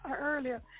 earlier